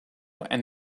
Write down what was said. and